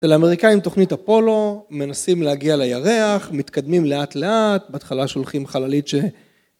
לאמריקאים תוכנית אפולו, מנסים להגיע לירח, מתקדמים לאט לאט, בהתחלה שולחים חללית ש...